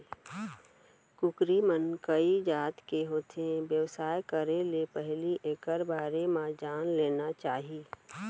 कुकरी मन कइ जात के होथे, बेवसाय करे ले पहिली एकर बारे म जान लेना चाही